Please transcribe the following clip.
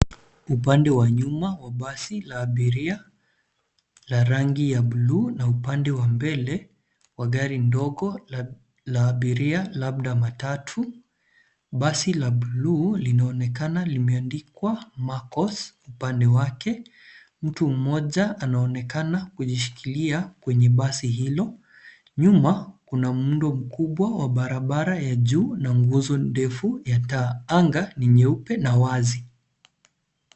Upande wa nyuma wa basi la abiria la rangi ya buluu na upande wa mbele wa gari ndogo la abiria labda matatu, basi la buluu linaonekana limeandikwa macos upande wake. Mtu mmoja anaonekana kujishikilia kwenye basi hilo. Nyuma kuna muundo mkubwa wa barabara ya juu na nguzo ndefu ya taa. Anga ni nyeupe na wazi.